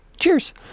cheers